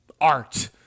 art